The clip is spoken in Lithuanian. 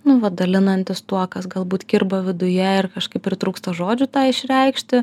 nu vat dalinantis tuo kas galbūt kirba viduje ir kažkaip pritrūksta žodžių tą išreikšti